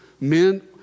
men